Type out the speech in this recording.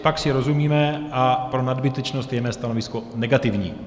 Pak si rozumíme a pro nadbytečnost je mé stanovisko negativní.